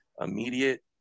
immediate